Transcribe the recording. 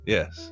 Yes